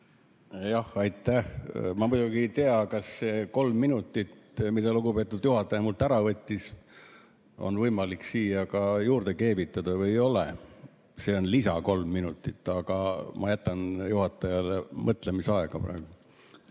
Aitäh! Ma muidugi ei tea, kas see kolm minutit, mille lugupeetud juhataja mult ära võttis, on võimalik siia ka juurde keevitada või ei ole. See on kolm lisaminutit, aga ma jätan juhatajale mõtlemisaega praegu. Head